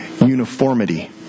uniformity